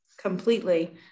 completely